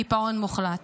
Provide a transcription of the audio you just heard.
קיפאון מוחלט.